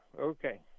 Okay